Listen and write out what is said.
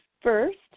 first